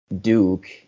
Duke